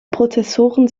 prozessoren